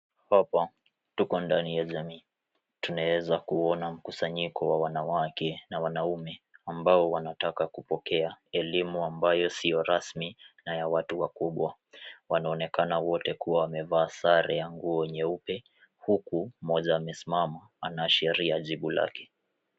Hapa tuko ndani ya jamii. Tunaweza kuona mkusanyiko wa wanawake na wanaume ambao wanataka kupokea elimu ambayo sio rasmi na ya watu wakubwa. Wanaonekana wote kuwa wamevaa sare ya nguo nyeupe huku mmoja amesimama anaashiria jibu lake.